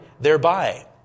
thereby